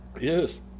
Yes